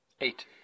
Eight